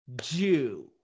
Jew